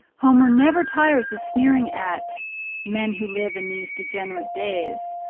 homer never tires of sneering at men who live in these degenerate days,